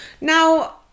Now